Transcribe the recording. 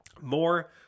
more